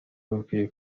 bakwiye